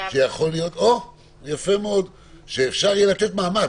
שאפשר יהיה לתת מעמד.